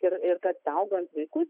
ir ir kad saugant vaikus